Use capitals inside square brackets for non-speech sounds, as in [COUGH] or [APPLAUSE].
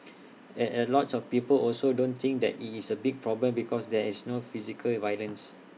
[NOISE] A a lot of people also don't think that IT is A big problem because there is no physical violence